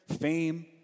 fame